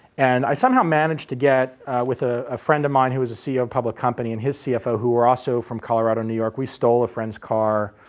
and i somehow managed to get with ah a friend of mine who was a ceo of public company and his cfo who were also from colorado, new york, we stole a friend's car